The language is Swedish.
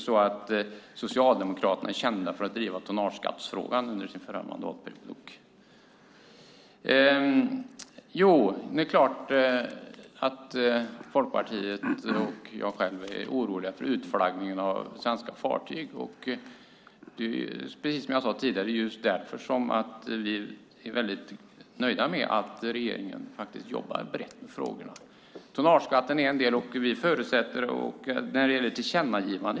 Socialdemokraterna var inte kända för att driva frågan om tonnageskatt under förra mandatperioden. Det är klart att jag och Folkpartiet är oroliga för utflaggningen av svenska fartyg. Som jag sade tidigare är vi därför nöjda med att regeringen jobbar brett med frågorna. Tonnageskatten är en del i dessa frågor, och eftersom den bereds i Finansdepartementet behöver det inte ges något tillkännagivande.